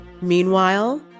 Meanwhile